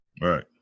right